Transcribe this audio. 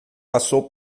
passou